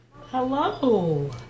Hello